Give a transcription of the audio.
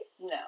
No